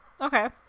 Okay